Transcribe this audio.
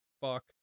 fuck